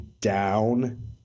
down